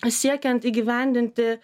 siekiant įgyvendinti